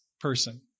person